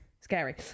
scary